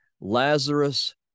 Lazarus